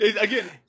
Again